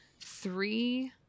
three